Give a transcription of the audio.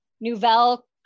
Nouvelle